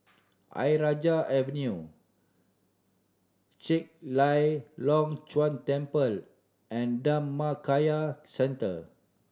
Ayer Rajah Avenue Chek Lai Long Chuen Temple and Dhammakaya Centre